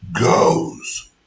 goes